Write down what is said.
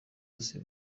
bose